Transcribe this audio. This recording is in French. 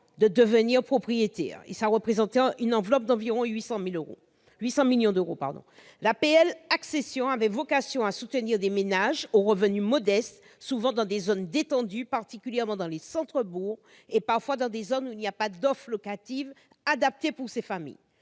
de devenir propriétaires pour une enveloppe d'environ 800 millions d'euros. L'APL accession avait vocation à soutenir des ménages aux revenus modestes, souvent dans les zones détendues, particulièrement dans les centres-bourgs et parfois dans des zones où il n'existe pas d'offres locatives adaptées pour ces familles.